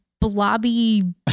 blobby